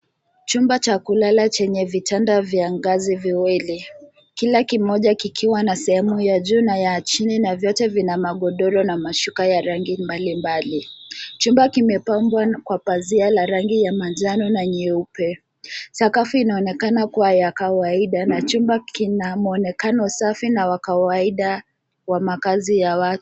Chumba chakulala chenye vitanda vyangazi viwili, kilakimoja kikiwa na sehemu ya juna ya chini na vyote vina magodoro na mashuka ya rangi mbalimbali. Chumba kimepambuwa kwa pazia la rangi ya manjano na nyeupe. Sakafi inoonekana kuwa ya kawahida na chumba kinamuonekano safi na wa kawaida wa makazi ya watu.